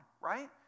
right